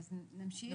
אז נמשיך?